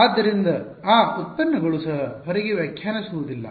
ಆದ್ದರಿಂದ ಆ ಉತ್ಪನ್ನಗಳು ಸಹ ಹೊರಗೆ ವ್ಯಾಖ್ಯಾನಿಸುವುದಿಲ್ಲ